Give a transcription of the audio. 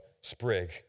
sprig